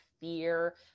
fear